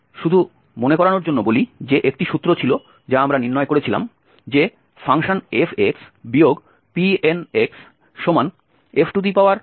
তাই শুধু মনে করানোর জন্য বলি যে একটি সূত্র ছিল যা আমরা নির্ণয় করেছিলাম যে fx Pnxfn1n1